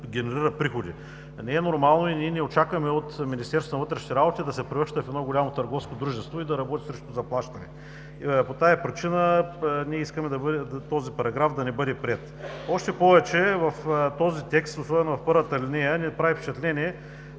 Не е нормално и ние не очакваме от Министерството на вътрешните работи да се превръща в едно голямо търговско дружество и да работи срещу заплащане. По тази причина искаме този параграф да не бъде приет още повече в този текст, особено в първата алинея, ни прави впечатление,